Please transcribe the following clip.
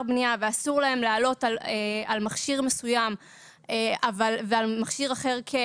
בנייה ואסור להם לעלות על מכשיר מסוים ועל מכשיר אחר כן,